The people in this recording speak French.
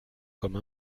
comme